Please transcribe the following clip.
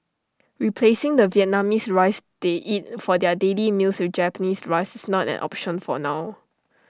replacing the Vietnamese rice they eat for their daily meals with Japanese rice is not an option for now